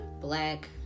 black